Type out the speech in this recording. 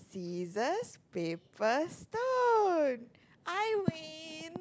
scissors paper stone I win